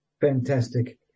Fantastic